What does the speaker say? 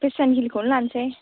गोसोम हिलखौनो लानसै